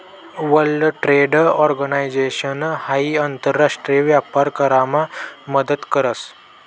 world trade organisation हाई आंतर राष्ट्रीय व्यापार करामा मदत करस